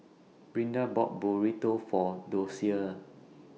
Brinda bought Burrito For Docia